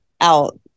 out